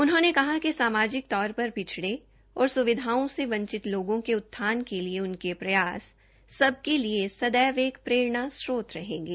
उन्होंने कहा कि सामाजिक तौर पर पिछड़े और स्विधाओं से वंचित लोगों के उत्थान के लिए उनके प्रयास सबके लिए सदैव एक प्रेरणास्त्रोत रहेंगे